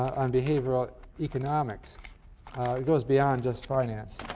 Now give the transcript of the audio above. um behavioral economics it goes beyond just finance.